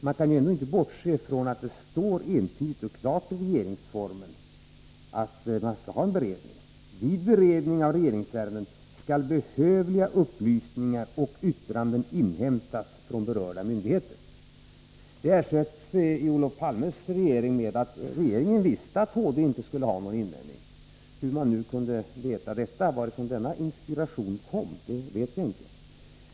Man kan ändå inte bortse från att det entydigt och klart står i regeringsformen att man skall ha en beredning: ”Vid beredningen av regeringsärenden skall behövliga upplysningar och yttranden inhämtas från berörda myndigheter.” Detta ersätts i Olof Palmes regering med en försäkran om att regeringen visste att högsta domstolen inte skulle ha någon invändning. Hur man nu kunde veta detta, varifrån denna inspiration kom, vet vi inte.